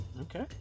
okay